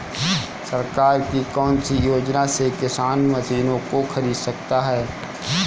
सरकार की कौन सी योजना से किसान मशीनों को खरीद सकता है?